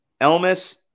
Elmas